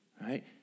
Right